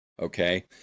Okay